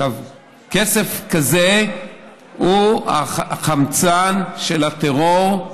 כסף כזה הוא החמצן של הטרור,